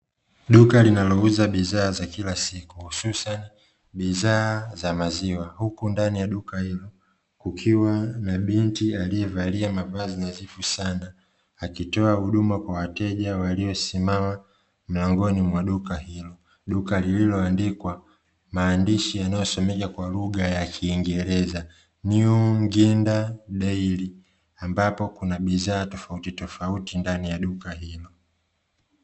Duka linalouza bidhaa za kila siku hususan bidhaa za maziwa huku ndani ya duka hilo, kukiwa na binti aliyevalia mavazi nadhifu sana akitoa huduma kwa wateja waliosimama mlangoni mwa duka hilo, duka lililoandikwa maandishi yanayosomeka kwa lugha ya kiingereza "new nginda daily" ambapo kuna bidhaa tofauti tofauti ndani ya duka hilo.